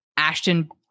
Ashton